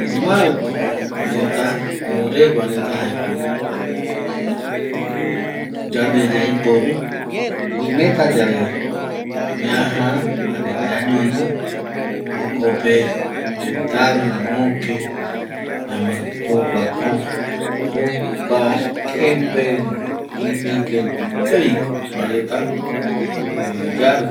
Marko reta oregua reta jaeko yande yaiporu oimeta yave ñaja jare ñañono jokope ventana, öke jaema jokuako jokua jembei iyike rupi kaviko kuareta yaru